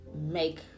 make